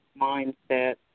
mindset